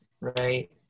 right